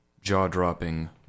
jaw-dropping